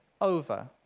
over